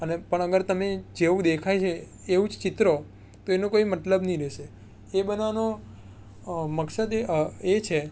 અને પણ અગર તમે જેવું દેખાય છે એવું જ ચિતરો તો એનો કોઈ મતલબ નહીં રહેશે એ બનાવવાનો મકસદ એ છે